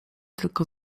tylko